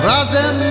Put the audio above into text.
Razem